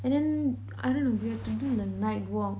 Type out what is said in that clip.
and then I dunno we had to do the night walk